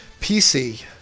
PC